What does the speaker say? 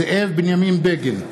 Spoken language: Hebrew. זאב בנימין בגין,